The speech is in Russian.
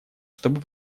чтобы